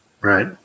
right